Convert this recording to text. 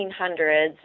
1800s